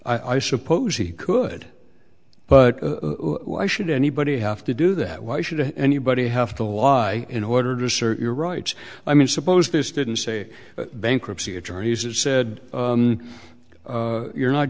i suppose he could but why should anybody have to do that why should anybody have to lie in order to search your rights i mean suppose this didn't say bankruptcy attorneys it said you're not